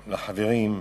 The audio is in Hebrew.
לחברים: